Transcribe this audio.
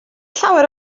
llawer